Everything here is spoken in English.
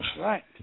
Right